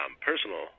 personal